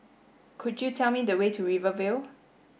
could you tell me the way to Rivervale